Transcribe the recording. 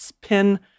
pin